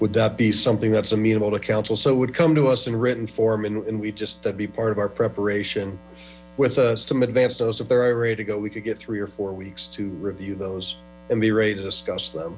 would that be something that's amenable to counsel so would come to us in written form and we'd just that be part of our preparation with some advance notice if there are ready to go we could get three or four weeks to review those and be ready to discuss them